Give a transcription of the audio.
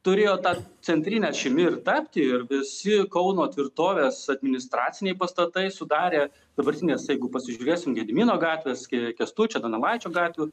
turėjo ta centrine ašimi ir tapti ir visi kauno tvirtovės administraciniai pastatai sudarė dabartinės jeigu pasižiūrėsim gedimino gatvės ke kęstučio donelaičio gatvių